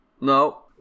No